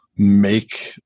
make